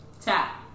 Tap